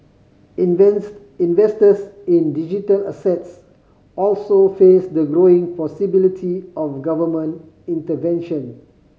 investors in digital assets also face the growing possibility of government intervention